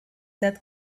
that